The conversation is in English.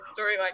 storyline